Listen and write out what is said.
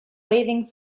waving